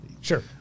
Sure